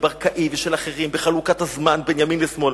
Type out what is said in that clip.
ברקאי ושל אחרים בחלוקת הזמן בין ימין לשמאל.